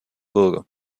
bürger